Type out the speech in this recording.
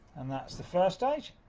and that's the first stage.